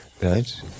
Right